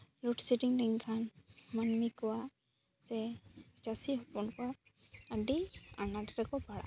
load shedding ᱞᱮᱱᱠᱷᱟᱱ ᱢᱟᱹᱱᱢᱤ ᱠᱚᱣᱟᱜ ᱥᱮ ᱪᱟᱹᱥᱤ ᱦᱚᱯᱚᱱ ᱠᱚᱣᱟᱜ ᱟᱹᱰᱤ ᱟᱱᱟᱴ ᱨᱮᱠᱚ ᱯᱟᱲᱟᱜᱼᱟ